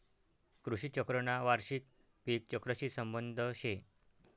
कृषी चक्रना वार्षिक पिक चक्रशी संबंध शे